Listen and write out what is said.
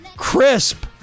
crisp